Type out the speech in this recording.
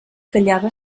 callava